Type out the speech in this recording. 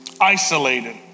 isolated